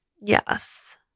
Yes